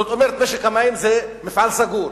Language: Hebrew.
זאת אומרת, משק המים זה מפעל סגור.